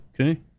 Okay